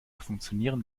funktionieren